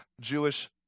Jewish